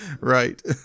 Right